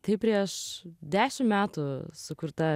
tai prieš dešim metų sukurta